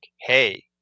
hey